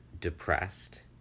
depressed